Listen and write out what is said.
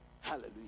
hallelujah